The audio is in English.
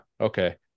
Okay